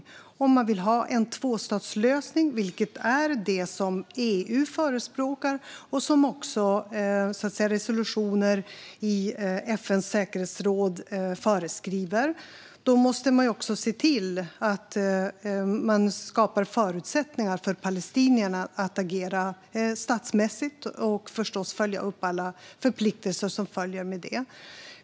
Vill man ha en tvåstatslösning, vilket är det som EU förespråkar och som också resolutioner i FN:s säkerhetsråd föreskriver, måste man skapa förutsättningar för palestinierna att agera statsmässigt och givetvis leva upp till alla förpliktelser som följer med det.